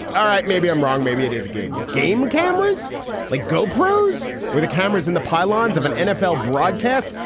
all right. maybe i'm wrong. maybe it is a game. game cameras like gopros or the cameras in the pylons of an nfl broadcast.